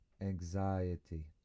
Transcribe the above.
anxiety